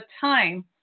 time